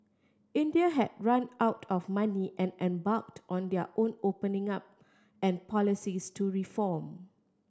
India had run out of money and embarked on their own opening up and policies to reform